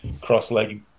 cross-legged